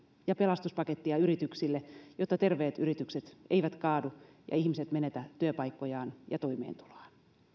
ja pelastuspakettia yrityksille jotta terveet yritykset eivät kaadu ja ihmiset menetä työpaikkojaan ja toimeentuloaan